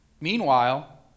Meanwhile